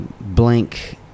blank